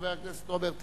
חבר הכנסת רוברט טיבייב.